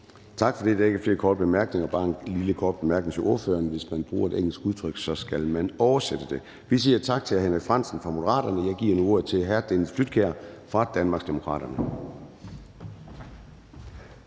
Tak for det. Der er ikke flere korte bemærkninger. Bare en lille kort kommentar til ordføreren: Hvis man bruger et engelsk udtryk, skal man oversætte det. Vi siger tak til hr. Henrik Frandsen fra Moderaterne, og jeg giver nu ordet til hr. Dennis Flydtkjær fra Danmarksdemokraterne.